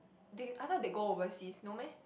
thing I thought they go overseas no meh